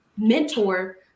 mentor